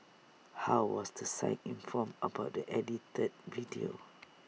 how was the site informed about the edited video